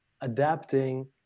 adapting